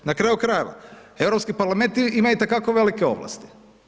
Na kraju krajeva Europski parlament ima i te kako velike ovlasti.